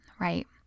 right